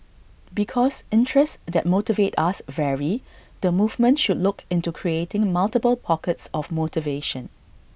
because interests that motivate us vary the movement should look into creating multiple pockets of motivation